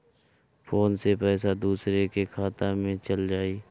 Phone से पईसा दूसरे के खाता में चल जाई?